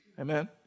Amen